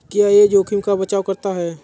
क्या यह जोखिम का बचाओ करता है?